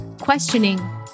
Questioning